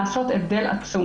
היא לא נעשתה.